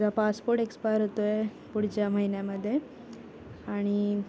माझा passport expire होतो आहे पुढच्या महिन्यामध्ये आणि